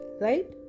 right